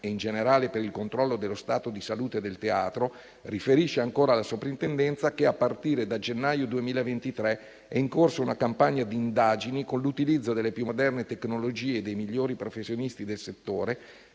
e, in generale, per il controllo dello stato di salute del teatro, riferisce ancora la soprintendenza che a partire da gennaio 2023 è in corso una campagna di indagini, con l'utilizzo delle più moderne tecnologie e dei migliori professionisti del settore,